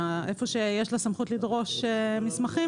היכן שיש לה סמכות לדרוש מסמכים,